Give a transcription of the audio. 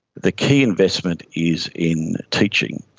the key investment is in teaching,